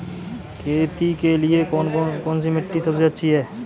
खेती के लिए कौन सी मिट्टी सबसे अच्छी है?